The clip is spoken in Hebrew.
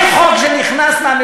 בסדר, אז מה